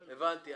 טוב, הבנתי.